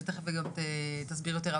תיכף אתה גם תסביר יותר.